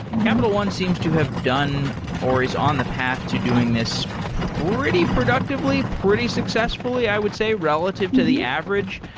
capital one seems to have done or is on the path to doing this pretty productively, pretty successfully i would say, relative to the average.